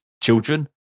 children